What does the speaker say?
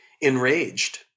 enraged